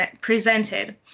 presented